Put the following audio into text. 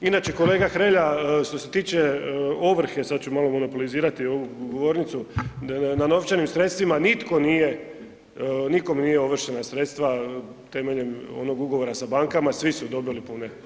Inače, kolega Hrelja što se tiče ovrhe, sad ću malo monopolizirati ovu govornice, na novčanim sredstvima, nitko nije, nikome nije ovršena sredstva temeljem onog ugovora sa bankama, svi su dobili pune mirovine.